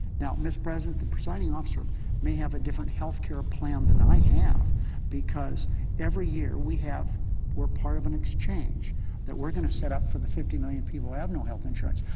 now, mr. president, the presiding officer may have a different health care plan than i have because every year we have we're part of an exchange that we're going to set up for the fifty million people who have no health insurance.